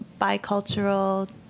bicultural